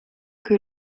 que